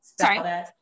Sorry